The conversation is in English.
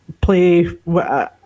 play